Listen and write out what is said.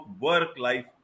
work-life